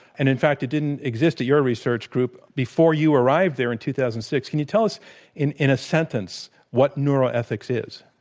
and, in fact, it didn't exist at your research group before you arrived there in two thousand and six. can you tell us in in a sentence what neuroethics is?